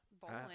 bowling